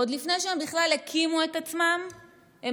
עוד לפני שהם בכלל הקימו את עצמם הם